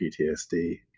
PTSD